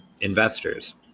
investors